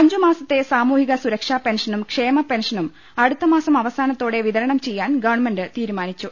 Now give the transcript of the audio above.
അഞ്ചുമാസത്തെ സാമൂഹിക സുരക്ഷാപെൻഷനും ക്ഷേമപെൻഷനും അടുത്ത മാസം അവസാനത്തോടെ വിതരണം ചെയ്യാൻ ഗവൺമെന്റ് തീരുമാനിച്ചു